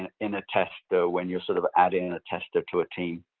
ah in a tester when you're sort of adding a tester to a team?